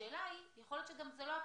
השאלה היא יכול להיות שזה לא אתם,